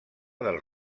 del